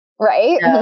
Right